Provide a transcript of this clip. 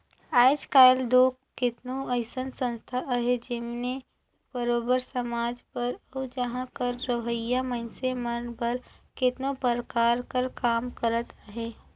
आएज काएल दो केतनो अइसन संस्था अहें जेमन बरोबेर समाज बर अउ उहां कर रहोइया मइनसे मन बर केतनो परकार कर काम करत अहें